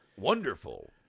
wonderful